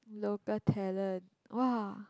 local talent !woah!